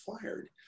fired